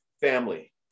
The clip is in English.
Family